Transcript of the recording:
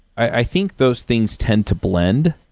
i think those things tend to blend.